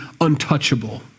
untouchable